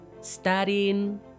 studying